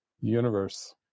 universe